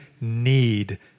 need